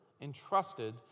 entrusted